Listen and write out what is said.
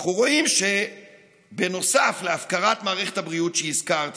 אנחנו רואים שנוסף על הפקרת מערכת הבריאות שהזכרתי